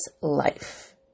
life